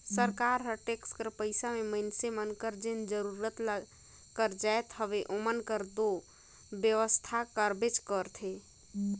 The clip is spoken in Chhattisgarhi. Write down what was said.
सरकार हर टेक्स कर पइसा में मइनसे मन कर जेन जरूरत कर जाएत हवे ओमन कर दो बेवसथा करबेच करथे